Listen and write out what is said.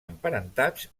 emparentats